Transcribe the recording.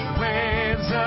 waves